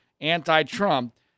anti-Trump